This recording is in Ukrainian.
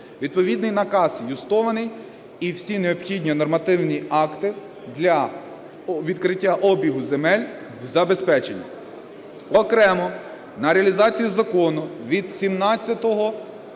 Відповідний наказ юстований, і всі необхідні нормативні акти для відкриття обігу земель забезпечені. Окремо на реалізацію Закону від 17